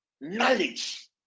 knowledge